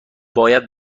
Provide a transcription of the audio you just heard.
باید